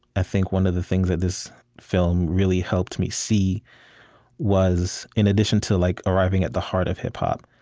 i think one of the things that this film really helped me see was in addition to like arriving at the heart of hip-hop,